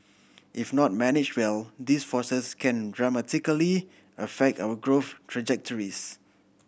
if not manage well these forces can dramatically affect our growth trajectories